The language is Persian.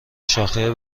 شاخه